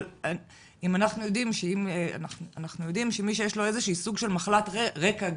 אנחנו יודעים שמי שיש לו סוג של מחלת רקע,